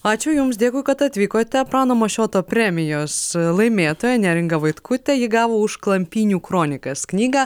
ačiū jums dėkui kad atvykote prano mašioto premijos laimėtoja neringa vaitkutė ji gavo už klampynių kronikas knygą